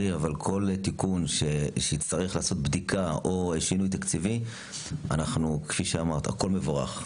תיקון שיצטרך לעבור בדיקה או שינוי תקציבי כמו שאמרת יהיה מבורך.